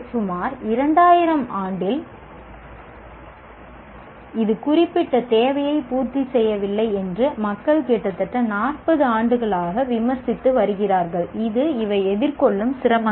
சுமார் 2000 ஆம் ஆண்டில் இது குறிப்பிட்ட தேவையை பூர்த்தி செய்யவில்லை என்று மக்கள் கிட்டத்தட்ட 40 ஆண்டுகளாக விமர்சித்து வருகிறார்கள் இது இவை எதிர்கொள்ளும் சிரமங்கள்